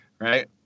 right